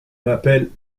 m’appelle